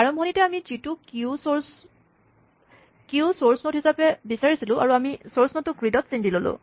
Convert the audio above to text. আৰম্ভণিতে আমি যিটো কিউ চ'ৰ্চ নড হিচাপে বিচাৰিছিলোঁ আৰু আমি চ'ৰ্চ নডটোক গ্ৰীডত চিন দি ল'লো